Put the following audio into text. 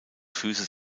füße